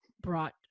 brought